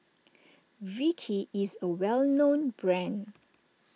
Vichy is a well known brand